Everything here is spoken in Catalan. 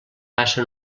passa